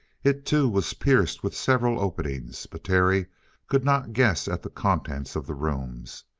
it, too, was pierced with several openings, but terry could not guess at the contents of the rooms.